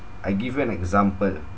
I give you an example